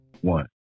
one